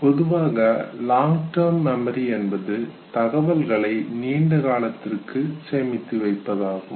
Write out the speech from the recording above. பொதுவாக long term memory என்பது தகவல்களை மிக நீண்ட காலத்திற்கு சேமித்து வைப்பதாகும்